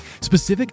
specific